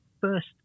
first